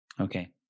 Okay